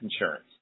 insurance